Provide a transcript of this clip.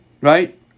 right